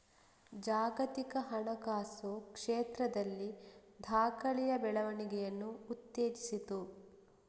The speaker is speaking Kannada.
ಜಾಗತಿಕ ಹಣಕಾಸು ಕ್ಷೇತ್ರದಲ್ಲಿ ದಾಖಲೆಯ ಬೆಳವಣಿಗೆಯನ್ನು ಉತ್ತೇಜಿಸಿತು